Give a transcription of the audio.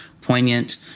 poignant